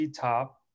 Top